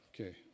Okay